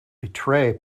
betray